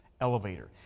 elevator